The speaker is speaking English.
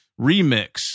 remix